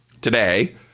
today